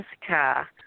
Jessica